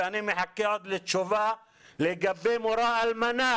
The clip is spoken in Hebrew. ואני מחכה עוד לתשובה לגבי מורה אלמנה